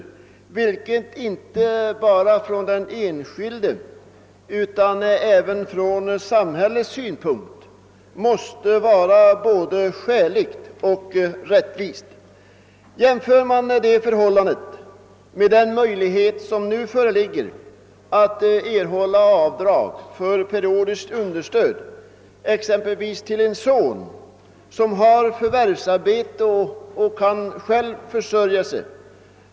Avdrag för sådant periodiskt understöd måste inte bara från den enskildes utan även från samhällets synpunkt sägas vara båda skäligt och rättvist. Nu föreligger ju nämligen möjlighet att erhålla avdrag för periodiskt understöd exempelvis till en son som har förvärvsarbete och som själv kan försörja sig. Men däremot inte till studerande.